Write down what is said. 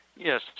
Yes